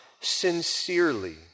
sincerely